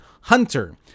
hunter